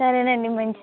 సరేనండి మంచిది